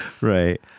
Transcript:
Right